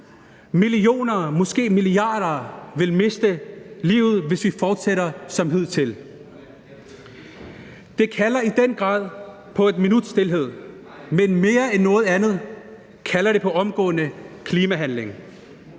Millioner, måske milliarder, vil miste livet, hvis vi fortsætter som hidtil. Det kalder i den grad på et minuts stilhed, men mere end noget andet kalder det på omgående klimahandling,